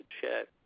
share